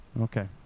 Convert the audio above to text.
Okay